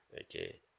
Okay